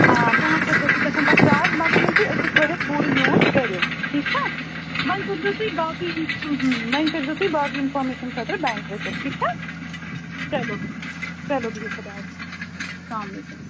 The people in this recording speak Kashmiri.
آ پانٛژھ ہَتھ رۄپیہِ گژھان تَتھ چارٕج مگر ییٚلہِ تُہۍ أکِس ؤریَس پوٗرٕ یوٗز کٔرِو ٹھیٖک چھا وۅنۍ کٔرۍزیٚو تُہۍ باقٕے وۅنۍ کٔرۍزیٚو تُہۍ باقٕے اِنفارمیشَن خٲطرٕ بٮ۪نٛک وِزِٹ ٹھیٖک چھا چلو بِہِو چلو بِہِو خۄدایَس سلام علیکُم